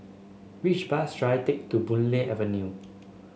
which bus should I take to Boon Lay Avenue